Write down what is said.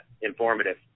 informative